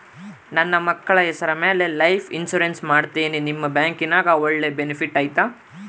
ನನ್ನ ಮಕ್ಕಳ ಹೆಸರ ಮ್ಯಾಲೆ ಲೈಫ್ ಇನ್ಸೂರೆನ್ಸ್ ಮಾಡತೇನಿ ನಿಮ್ಮ ಬ್ಯಾಂಕಿನ್ಯಾಗ ಒಳ್ಳೆ ಬೆನಿಫಿಟ್ ಐತಾ?